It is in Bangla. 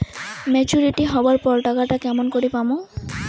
মেচুরিটি হবার পর টাকাটা কেমন করি পামু?